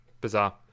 bizarre